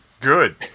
Good